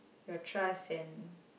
your trust and